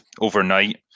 overnight